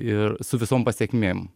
ir su visom pasekmėm